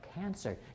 cancer